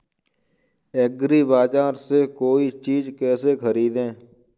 एग्रीबाजार से कोई चीज केसे खरीदें?